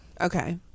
okay